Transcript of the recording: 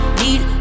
need